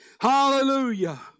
Hallelujah